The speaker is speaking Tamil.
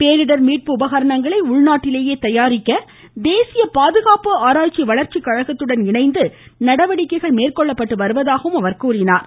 பேரிடர் மீட்பு உபகரணங்களை உள்நாட்டிலேயே தயாரிக்க தேசிய பாதுகாப்பு ஆராய்ச்சி வளர்ச்சிக் கழகத்துடன் இணைந்து நடவடிக்கைகள் மேற்கொள்ளப்பட்டு வருவதாகவும் தெரிவித்தார்